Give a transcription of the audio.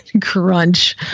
crunch